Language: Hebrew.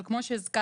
אבל כמו שהזכרת,